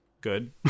good